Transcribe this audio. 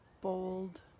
Bold